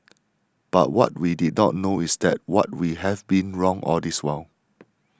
but what we did not know is that what we have been wrong all this while